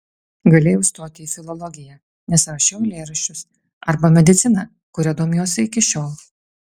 galėjau stoti į filologiją nes rašiau eilėraščius arba mediciną kuria domiuosi iki šiol